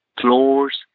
floors